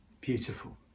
Beautiful